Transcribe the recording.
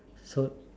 so